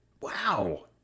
wow